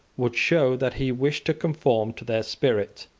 would show that he wished to conform to their spirit,